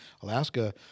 Alaska